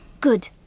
Good